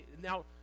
now